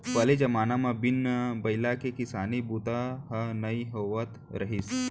पहिली जमाना म बिन बइला के किसानी बूता ह नइ होवत रहिस